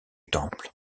temple